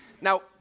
Now